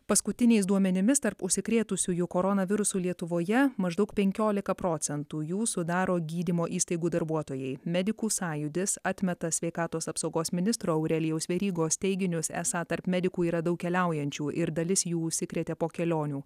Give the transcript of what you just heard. paskutiniais duomenimis tarp užsikrėtusiųjų koronavirusu lietuvoje maždaug penkiolika procentų jų sudaro gydymo įstaigų darbuotojai medikų sąjūdis atmeta sveikatos apsaugos ministro aurelijaus verygos teiginius esą tarp medikų yra daug keliaujančių ir dalis jų užsikrėtė po kelionių